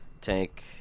tank